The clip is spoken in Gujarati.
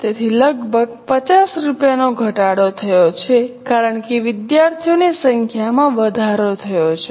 તેથી લગભગ 50 રૂપિયા નો ઘટાડો થયો છે કારણ કે વિદ્યાર્થીઓની સંખ્યામાં વધારો થયો છે